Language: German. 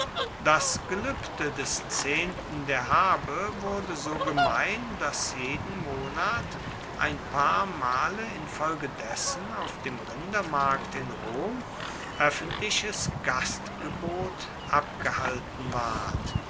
das geluebde des zehnten der habe wurde so gemein dass jeden monat ein paar male infolgedessen auf dem rindermarkt in rom oeffentliches gastgebot abgehalten ward